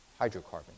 hydrocarbon